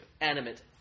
animate